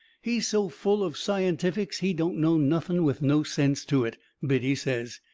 he's so full of scientifics he don't know nothing with no sense to it, biddy says.